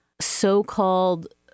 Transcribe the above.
so-called